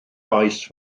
oes